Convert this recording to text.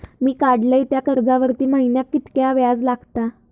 मी काडलय त्या कर्जावरती महिन्याक कीतक्या व्याज लागला?